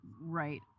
right